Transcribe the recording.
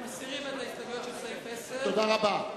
אנחנו מסירים את ההסתייגויות לסעיף 10. תודה רבה.